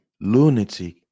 lunatic